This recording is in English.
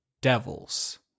devils